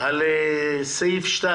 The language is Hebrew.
על סעיף 2